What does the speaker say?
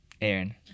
Aaron